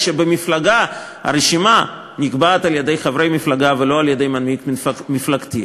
כשבמפלגה הרשימה נקבעת על-ידי חברי מפלגה ולא על-ידי מנהיג מפלגתי.